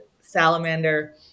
salamander